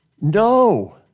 No